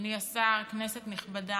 אדוני השר, כנסת נכבדה,